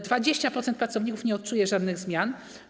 20% pracowników nie odczuje żadnych zmian.